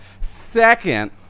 Second